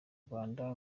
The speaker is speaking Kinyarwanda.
rwanda